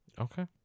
Okay